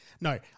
No